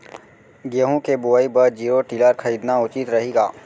गेहूँ के बुवाई बर जीरो टिलर खरीदना उचित रही का?